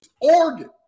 Oregon